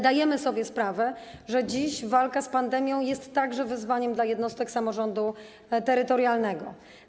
Zdajemy sobie sprawę, że dziś walka z pandemią jest także wyzwaniem dla jednostek samorządu terytorialnego.